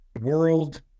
world